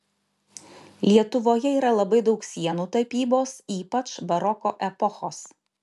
lietuvoje yra labai daug sienų tapybos ypač baroko epochos